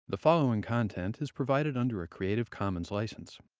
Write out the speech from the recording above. the following content is provided under a creative commons license.